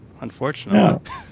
unfortunately